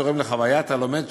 תורם לחוויית הלומד,